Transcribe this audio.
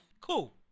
cool